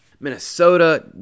Minnesota